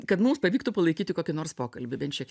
kad mums pavyktų palaikyti kokį nors pokalbį bent šiek